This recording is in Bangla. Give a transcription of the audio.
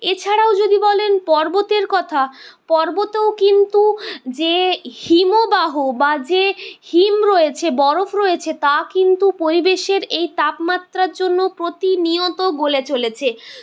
এছাড়াও যদি বলেন পর্বতের কথা পর্বতেও কিন্তু যে হিমবাহ বা যে হিম রয়েছে বরফ রয়েছে তা কিন্তু পরিবেশের এই তাপমাত্রার জন্য প্রতিনিয়ত গলে চলেছে